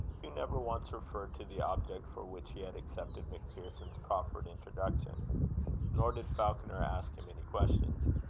hugh never once referred to the object for which he had accepted macpherson's proffered introduction nor did falconer ask him any questions.